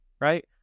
right